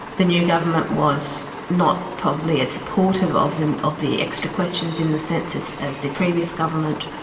the new government was not probably as supportive of the and of the extra questions in the census as the previous government.